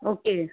okay